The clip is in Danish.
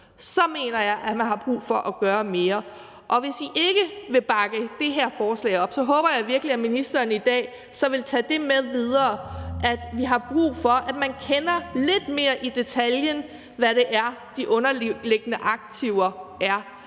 mener jeg, at man har brug for at gøre mere. Og hvis I ikke vil bakke det her forslag op, så håber jeg virkelig, at ministeren i dag så vil tage det med videre, at vi har brug for, at man kender lidt mere i detaljen, hvad det er, de underliggende aktiver er